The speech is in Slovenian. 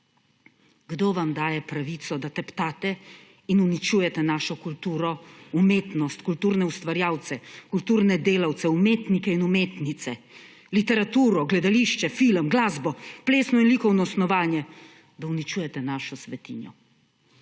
Kdo vam daje pravico, da teptate in uničujete našo kulturo, umetnost, kulturne ustvarjalce, kulturne delavce, umetnike in umetnice, literaturo, gledališče, film, glasbo, plesno in likovno snovanje? Da uničujete našo svetinjo